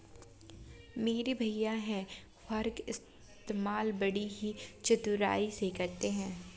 मेरे भैया हे फार्क इस्तेमाल बड़ी ही चतुराई से करते हैं